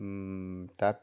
তাত